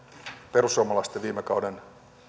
perussuomalaisten viime kauden